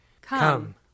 Come